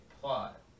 Plot